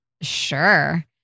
Sure